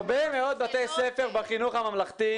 הרבה מאד בתי ספר בחינוך הממלכתי,